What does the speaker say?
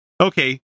okay